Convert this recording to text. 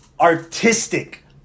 artistic